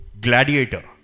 Gladiator